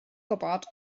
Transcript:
gwybod